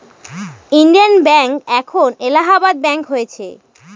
Indian bank এখন Allahabad bank হয়েছে